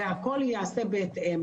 הכול ייעשה בהתאם.